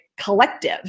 Collective